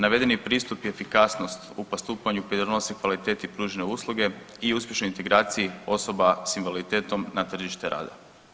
Navedeni pristup i efikasnost u postupanju pridonosi kvaliteti pružene usluge i uspješnoj integraciji osoba sa invaliditetom na tržište rada.